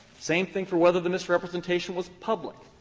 same thing for whether the misrepresentation was public.